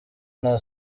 nta